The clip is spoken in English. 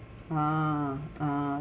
ah ah